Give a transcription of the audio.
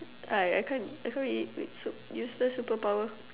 I I can't I can't really wait so useless superpower